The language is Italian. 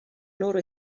loro